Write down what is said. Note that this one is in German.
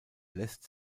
lässt